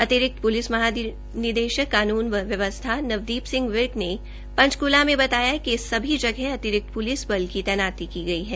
अतिरिक्त पुलिस महानिदेशक कानून एवं व्यवस्था श्री नवदीप सिंह विर्क ने पंचकूला में बताया कि सभी जगह प्लिस बल की तैनाती की गई है